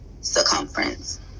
circumference